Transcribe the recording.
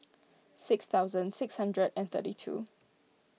six thousand six hundred and thirty two